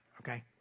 okay